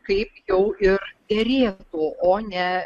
kaip jau ir derėtų o ne